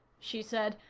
she said.